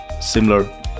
similar